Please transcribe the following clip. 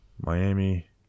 Miami